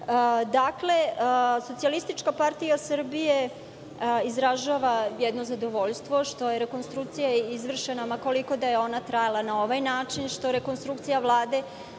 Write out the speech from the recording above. problem u Srbiji. Dakle, SPS izražava jedno zadovoljstvo što je rekonstrukcija izvršena, ma koliko da je ona trajala, na ovaj način, što rekonstrukcija Vlade